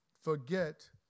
forget